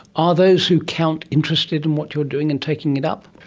are those who count interested in what you are doing and taking it up?